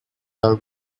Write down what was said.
del